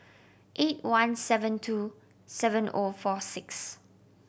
eight one seven two seven O four six